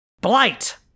blight